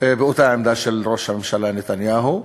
באותה עמדה של ראש הממשלה נתניהו,